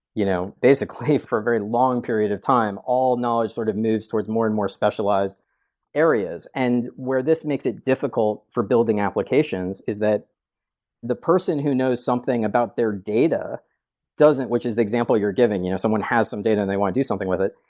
you know basically, for a very long period of time, all now is sort of moves towards more and more specialized areas. and where this makes it difficult for building applications is that the person who knows something about their data doesn't, which is the example you're giving, you know someone has some data and they want to do something with it.